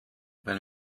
wenn